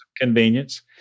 convenience